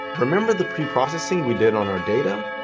remember the preprocessing we did on our data?